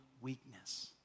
weakness